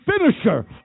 finisher